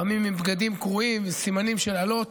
לפעמים עם בגדים קרועים, וסימנים של אלות.